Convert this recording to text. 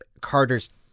Carter's